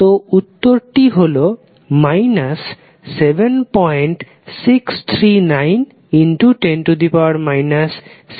তো উত্তর টি হল 763910 16 কুলম্ব